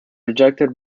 rejected